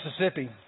Mississippi